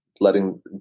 letting